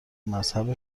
مذهب